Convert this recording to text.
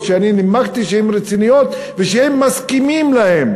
שאני נימקתי שהן רציניות ושהם מסכימים להן,